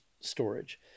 storage